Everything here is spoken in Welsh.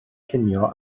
cinio